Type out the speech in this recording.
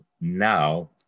now